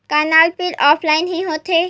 का नल bill offline हि होथे?